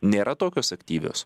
nėra tokios aktyvios